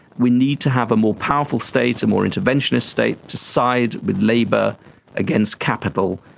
we need to have a more powerful state, a more interventionist state to side with labour against capital,